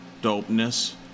dopeness